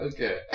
Okay